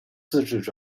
自治